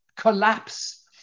collapse